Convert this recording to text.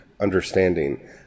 understanding